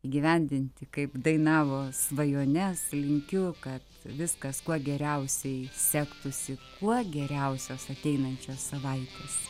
įgyvendinti kaip dainavo svajones linkiu kad viskas kuo geriausiai sektųsi kuo geriausios ateinančios savaitės